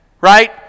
right